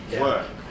work